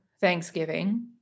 Thanksgiving